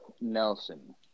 Nelson